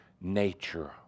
nature